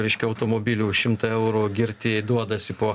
reiškia automobiliu už šimtą eurų girti duodasi po